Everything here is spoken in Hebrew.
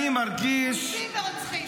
אונסים ורוצחים.